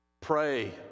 Pray